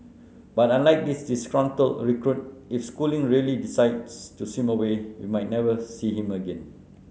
but unlike this disgruntled recruit if Schooling really decides to swim away we might never see him again